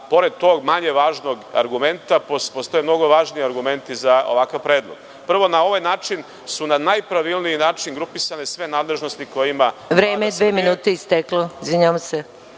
pored tog manje važnog argumenta postoje mnogo važniji argumenti za ovakav predlog. Prvo, na ovaj način su na najpravilniji način grupisane sve nadležnosti koje ima Vlada Srbije.